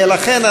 לכן,